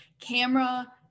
camera